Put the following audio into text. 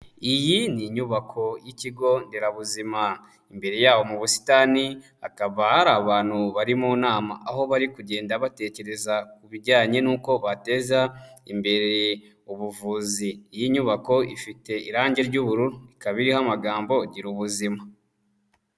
Iyi ni inyubako y'ikigo nderabuzima, imbere y'aho mu busitani hakaba hari abantu bari mu nama aho bari kugenda batekereza ku bijyanye n'uko bateza imbere ubuvuzi, iyi nyubako ifite irangi ry'ubururu, ikaba iriho amagambo gira ubuzima.